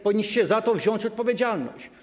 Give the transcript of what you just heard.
Powinniście za to wziąć odpowiedzialność.